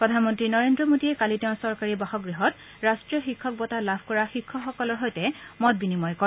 প্ৰধানমন্ত্ৰী নৰেন্দ্ৰ মোদীয়ে কালি তেওঁৰ চৰকাৰী বাসগৃহত ৰাষ্ট্ৰীয় শিক্ষক বঁটা লাভ কৰা শিক্ষকসকলৰ সৈতে মত বিনিময় কৰে